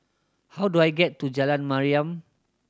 how do I get to Jalan Mariam